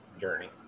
journey